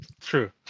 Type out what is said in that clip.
True